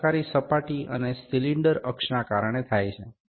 કાર્યકારી સપાટી અને સિલિન્ડર અક્ષ ના કારણે થાય છે